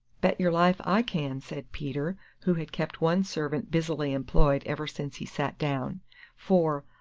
bet yer life i can! said peter, who had kept one servant busily employed ever since he sat down for,